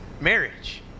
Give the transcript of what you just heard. marriage